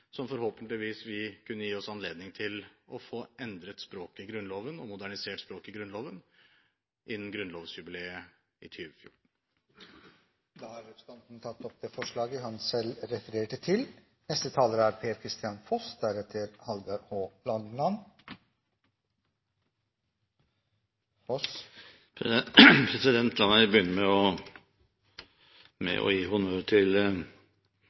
som forhåpentligvis vil kunne gi oss anledning til å få endret og modernisert språket i Grunnloven innen grunnlovsjubileet i 2014. Representanten Anders Anundsen har tatt opp det forslaget han refererte til.